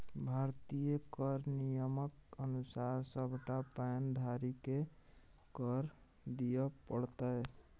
भारतीय कर नियमक अनुसार सभटा पैन धारीकेँ कर दिअ पड़तै